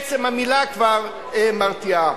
עצם המלה כבר מרתיע.